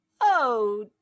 Oh